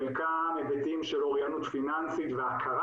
חלקם היבטים של אוריינות פיננסית והכרה